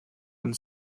and